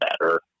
better